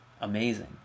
amazing